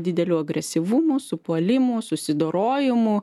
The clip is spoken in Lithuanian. dideliu agresyvumu su puolimu susidorojimu